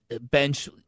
bench